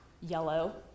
yellow